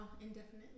indefinitely